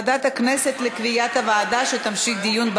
55 חברי כנסת בעד, אין מתנגדים, אין נמנעים.